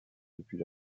depuis